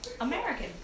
American